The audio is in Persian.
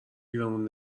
گیرمون